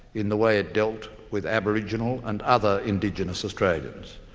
in the way it dealt with aboriginal and other indigenous australians,